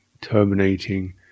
terminating